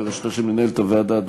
תטפל במעמד הביניים שפגעת